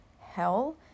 hell